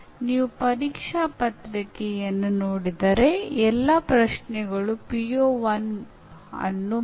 ಈಗ ಶೈಕ್ಷಣಿಕ ಮನಶ್ಶಾಸ್ತ್ರಜ್ಞರು ಕಲಿಕೆಯ ಪ್ರಕ್ರಿಯೆಯ ತತ್ವಗಳನ್ನು ಮತ್ತು ಕಲಿಕೆಯ ಕೆಲವು ತತ್ವಗಳನ್ನು ಪಡೆದುಕೊಂಡಿದ್ದಾರೆ